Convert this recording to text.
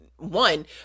One